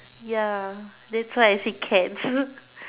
ya that's why I said cats